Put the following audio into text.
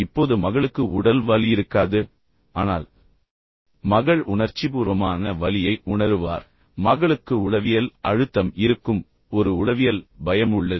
இப்போது மகளுக்கு உடல் வலி இருக்காது ஆனால் மகள் உணர்ச்சிபூர்வமான வலியை உணருவார் மகளுக்கு உளவியல் அழுத்தம் இருக்கும் ஒரு உளவியல் பயம் உள்ளது